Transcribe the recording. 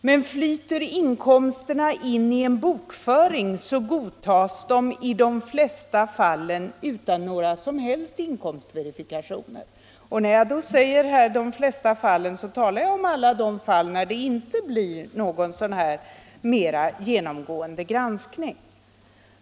Men flyter inkomsterna in i en bokföring godtas de i de flesta fall utan några som helst inkomstverifikationer; och när jag då säger ”de flesta fall” talar jag om alla de fall när det inte blir någon mer genomgående granskning.